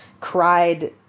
cried